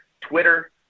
Twitter